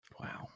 Wow